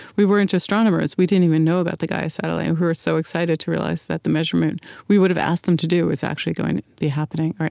we weren't astronomers. we didn't even know about the gaia satellite, and we were so excited to realize that the measurement we would have asked them to do is actually going to be happening.